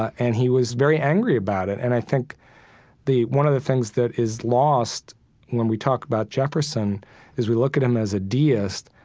and he was very angry about it. and i think one of the things that is lost when we talk about jefferson is we look at him as a deist,